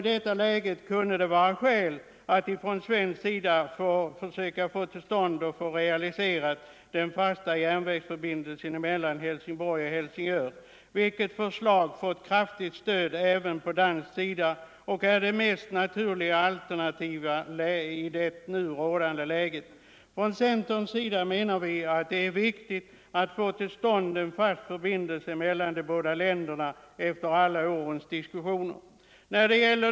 I detta läge kunde det vara skäl att från svensk sida försöka få till stånd den fasta järnvägsförbindelsen mellan Helsingborg och Helsingör. Förslaget om denna förbindelse har fått kraftigt stöd även på dansk sida och är det mest naturliga alternativet i det nu rådande läget. Från centerns sida menar vi att det är viktigt att få en fast förbindelse mellan de båda länderna, efter alla årens diskussioner.